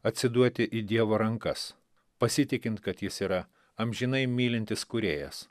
atsiduoti į dievo rankas pasitikint kad jis yra amžinai mylintis kūrėjas